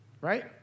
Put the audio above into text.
right